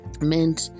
meant